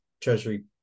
treasury